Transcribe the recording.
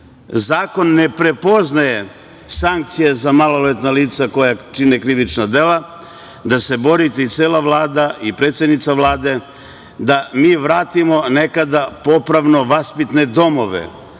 Zakon ne prepoznaje sankcije za maloletna lica koja čine krivična dela. Borite se, i cela Vlada i predsednica Vlade da mi vratimo nekada popravno-vaspitne domove,